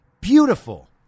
Beautiful